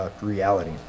reality